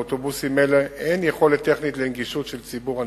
באוטובוסים אלה אין יכולת טכנית לנגישות של ציבור הנכים.